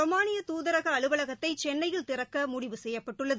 Romania தூதரக அலுவலகத்தை செனனையில் திறக்க முடிவு செய்துள்ளது